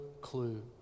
clue